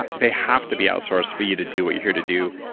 but they have to be outsourced for you to do what you here to do.